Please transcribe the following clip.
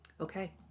Okay